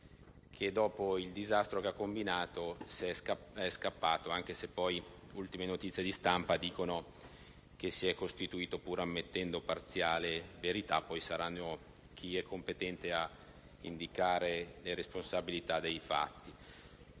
dopo il disastro combinato, è scappato; anche se le ultime notizie di stampa dicono che si è costituito, pur ammettendo parziale verità. Sarà poi chi è competente ad indicare le responsabilità dei fatti.